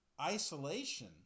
Isolation